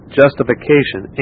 justification